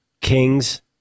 Kings